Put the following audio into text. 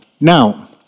Now